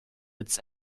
its